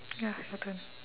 ya your turn